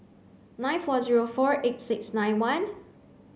nine four zero four eight six nine one